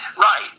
Right